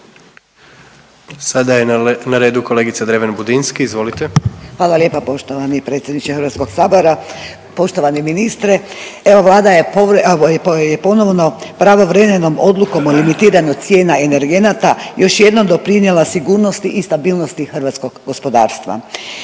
Sada je na redu kolegica Dreven Budinski, izvolite. **Dreven Budinski, Nadica (HDZ)** Hvala lijepa poštovani predsjedniče Hrvatskog sabora. Poštovani ministre, evo Vlada je ponovno pravovremenom odlukom o limitiranju cijena energenata još jednom doprinijela sigurnosti i stabilnosti hrvatskog gospodarstva.